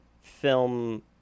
film